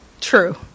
True